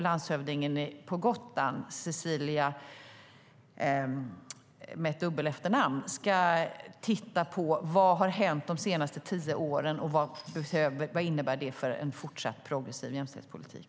Landshövdingen på Gotland, Cecilia Schelin Seidegård, ska titta på vad som har hänt de senaste tio åren och vad det innebär för en fortsatt progressiv jämställdhetspolitik.